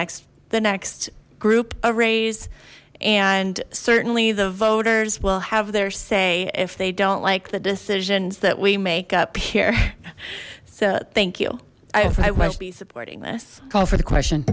next the next group a raise and certainly the voters will have their say if they don't like the decisions that we make up here so thank you i won't be supporting this call for the question